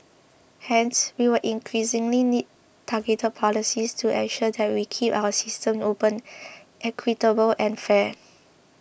hence we will increasingly need targeted policies to ensure that we keep our systems open equitable and fair